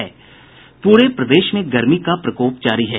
पूरे प्रदेश में गर्मी का प्रकोप जारी है